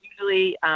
usually